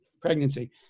pregnancy